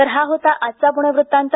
तर हा होता आजचा प्णे व्रत्तांत